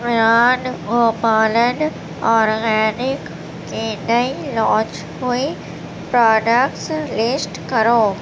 Ayan Gopalan organic کی نئی launch ہوئی پراڈکٹس لسٹ کرو